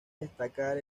destacar